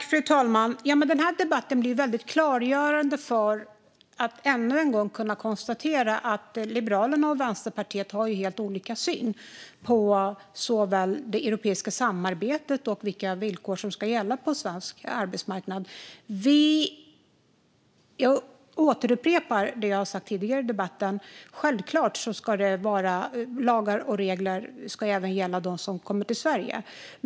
Fru talman! Denna debatt blir väldigt klargörande när det gäller att ännu en gång kunna konstatera att Liberalerna och Vänsterpartiet har helt olika syn på såväl det europeiska samarbetet som vilka villkor som ska gälla på svensk arbetsmarknad. Jag upprepar det jag har sagt tidigare i debatten. Självklart ska lagar och regler även gälla dem som kommer till Sverige.